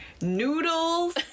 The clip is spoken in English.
noodles